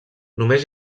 només